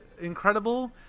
incredible